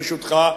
ברשותך,